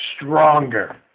stronger